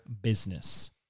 business